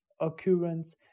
occurrence